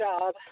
job